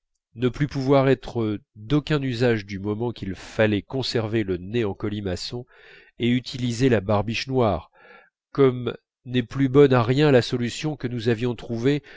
ne plus pouvoir être d'aucun usage du moment qu'il fallait conserver le nez en colimaçon et utiliser la barbiche noire comme n'est plus bonne à rien la solution que nous avions trouvée